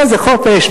איזה חופש.